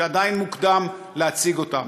שעדיין מוקדם להציג אותן.